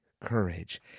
courage